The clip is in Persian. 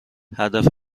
هدف